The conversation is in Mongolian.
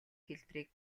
хэлбэрийг